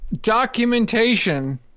documentation